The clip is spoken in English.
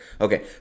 Okay